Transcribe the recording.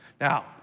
Now